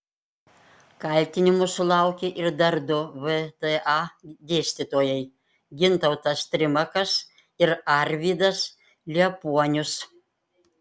kaltinimų sulaukė ir dar du vda dėstytojai gintautas trimakas ir arvydas liepuonius